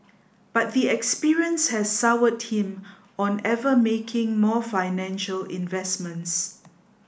but the experience has soured him on ever making more financial investments